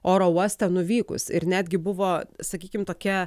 oro uoste nuvykus ir netgi buvo sakykime tokia